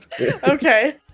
Okay